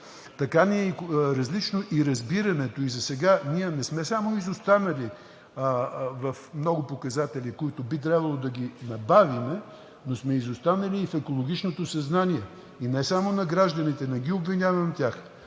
така ни е различно и разбирането. Засега ние не сме само изостанали в много показатели, които би трябвало да ги набавим, но сме изостанали и в екологичното съзнание – и не само на гражданите, не ги обвинявам тях,